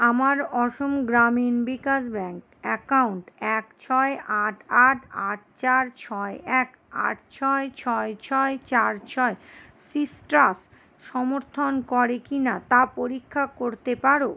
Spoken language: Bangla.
আমার অসম গ্রামীণ বিকাশ ব্যাঙ্ক অ্যাকাউন্ট এক ছয় আট আট আট চার ছয় এক আট ছয় ছয় ছয় চার ছয় সিট্রাস সমর্থন করে কি না তা পরীক্ষা করতে পারো